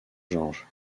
georges